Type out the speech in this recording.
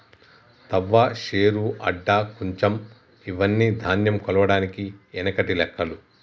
తవ్వ, శేరు, అడ్డ, కుంచం ఇవ్వని ధాన్యం కొలవడానికి ఎనకటి లెక్కలు